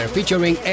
Featuring